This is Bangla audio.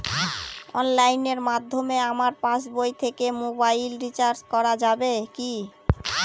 অনলাইনের মাধ্যমে আমার পাসবই থেকে মোবাইল রিচার্জ করা যাবে কি?